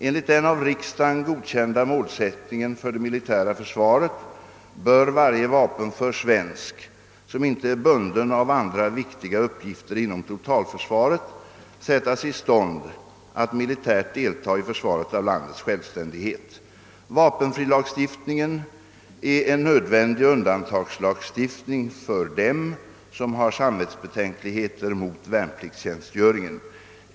Enligt den av riksdagen godkända målsättningen för det militära försvaret bör varje vapenför svensk, som inte är bunden av andra viktiga uppgifter inom totalförsvaret, sättas i stånd att militärt delta i försvaret av landets självständighet. Vapenfrilagstiftningen är en nödvändig undantagslagstiftning för dem som har samvetsbetänkligheter mot värnpliktstjänstgöringen.